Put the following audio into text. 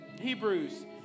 Hebrews